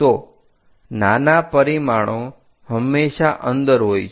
તો નાના પરિમાણો હંમેશાં અંદર હોય છે